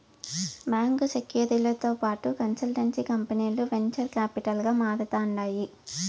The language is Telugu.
బాంకీ సెక్యూరీలతో పాటు కన్సల్టెన్సీ కంపనీలు వెంచర్ కాపిటల్ గా మారతాండాయి